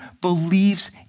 believes